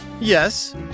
Yes